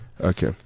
Okay